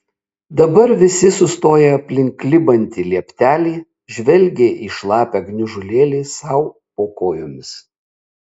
dabar visi sustoję aplink klibantį lieptelį žvelgė į šlapią gniužulėlį sau po kojomis